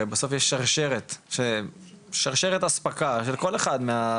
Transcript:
הרי בסוף יש שרשרת אספקה של כל אחד מהדברים,